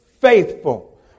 faithful